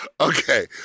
Okay